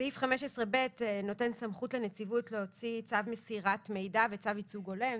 סעיף 15ב נותן סמכות לנציבות להוציא צו מסירת מידע וצו ייצוג הולם.